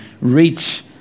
reach